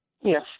Yes